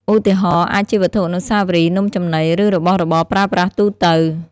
ឧទាហរណ៍ អាចជាវត្ថុអនុស្សាវរីយ៍ នំចំណី ឬរបស់របរប្រើប្រាស់ទូទៅ។